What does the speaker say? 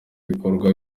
ibikorwa